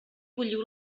bulliu